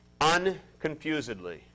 unconfusedly